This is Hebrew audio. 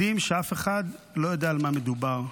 מדהים שאף אחד לא יודע על מה מדובר.